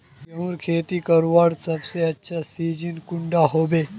गेहूँर खेती करवार सबसे अच्छा सिजिन कुंडा होबे?